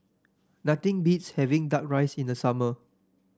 nothing beats having duck rice in the summer